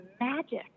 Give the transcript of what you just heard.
magic